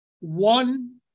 one